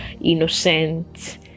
innocent